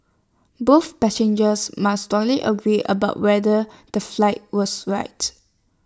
both passengers must strongly agree about whether the flight was right